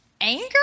Anger